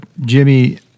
Jimmy